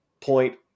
point